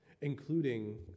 including